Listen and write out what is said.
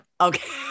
okay